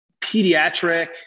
pediatric